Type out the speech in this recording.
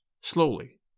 slowly